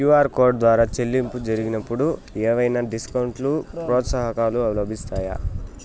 QR code ద్వారా చెల్లింపులు జరిగినప్పుడు ఏవైనా డిస్కౌంట్ లు, ప్రోత్సాహకాలు లభిస్తాయా?